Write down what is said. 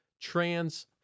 trans